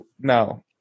No